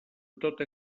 tota